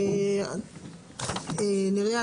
נריה,